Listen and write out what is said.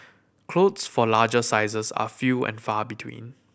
clothes for larger sizes are few and far between